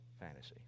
fantasy